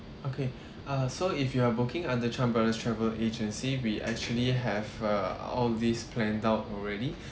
okay uh so if you are working under chan brothers travel agency we actually have uh all these planned out already